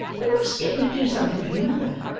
we must get him to do something for your mother.